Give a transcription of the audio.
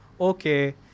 okay